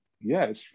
Yes